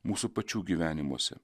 mūsų pačių gyvenimuose